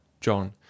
JOHN